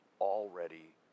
already